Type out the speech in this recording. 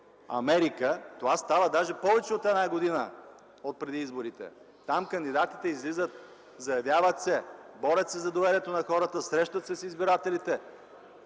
Америка това става даже повече от една година преди изборите. Там кандидатите излизат, заявяват се, борят се за доверието на хората, срещат се с избирателите,